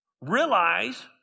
Realize